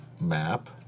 map